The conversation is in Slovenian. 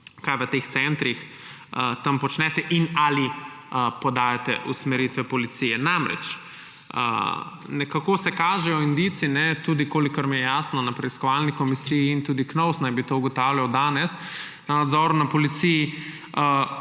kaj na teh centrih počnete in ali podajate usmeritve policiji. Namreč, nekako se kažejo indici – kolikor mi je jasno tudi na preiskovalni komisiji in tudi KNOVS naj bi to ugotavljal danes na nadzoru na policiji